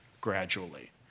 gradually